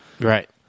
Right